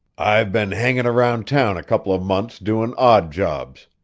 i've been hangin' around town a couple of months doin' odd jobs.